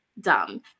dumb